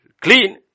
clean